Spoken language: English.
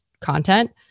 content